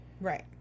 Right